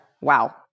Wow